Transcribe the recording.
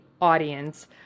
audience